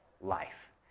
life